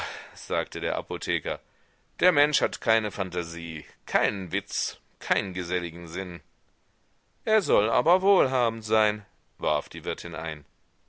sagte der apotheker der mensch hat keine phantasie keinen witz keinen geselligen sinn er soll aber wohlhabend sein warf die wirtin ein